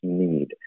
need